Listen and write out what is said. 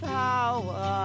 power